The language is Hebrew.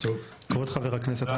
כבוד חבר הכנסת,